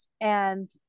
and-